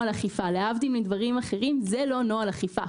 להבדיל מדברים אחרים, זה לא נוכל אכיפה.